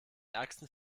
ärgsten